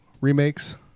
remakes